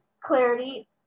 clarity